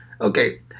okay